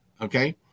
Okay